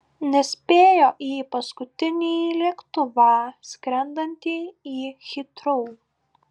nespėjo į paskutinį lėktuvą skrendantį į hitrou